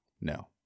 No